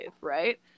right